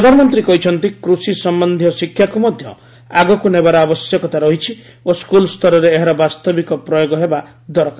ପ୍ରଧାନମନ୍ତ୍ରୀ କହିଛନ୍ତି କୃଷି ସମ୍ପନ୍ଧୀୟ ଶିକ୍ଷାକୁ ମଧ୍ୟ ଆଗକୁ ନେବାର ଆବଶ୍ୟକତା ରହିଛି ଓ ସ୍କୁଲ ସ୍ତରରେ ଏହାର ବାସ୍ତବିକ ପ୍ରୟୋଗ ହେବା ଦରକାର